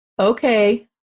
Okay